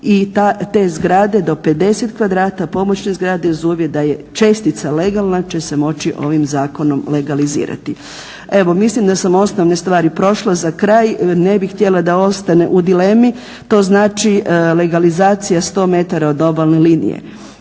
i te zgrade do 50 m2, pomoćne zgrade, uz uvjet da je čestica legalna će se moći ovim zakonom legalizirati. Evo mislim da sam osnovne stvari prošla. Za kraj ne bih htjela da ostane u dilemi, to znači legalizacija 100 m od obalne linije.